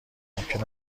ممکن